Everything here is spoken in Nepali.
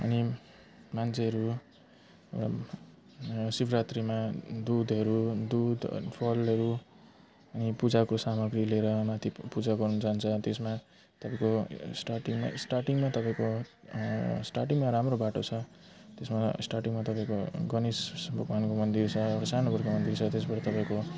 अनि मान्छेहरू शिवरात्रिमा दुधहरू दुध फलहरू अनि पूजाको सामग्री लिएर माथि पूजा गर्नु जान्छ त्यसमा तपाईँको स्टार्टिङमा स्टार्टिङमा तपाईँको स्टार्टिङमा राम्रो बाटो छ त्यसमा स्टार्टिङमा तपाईँको गणेश भगवान्को मन्दिर छ एउटा सानोबडेको मन्दिर छ त्यसबाट तपाईँको